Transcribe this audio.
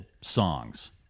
songs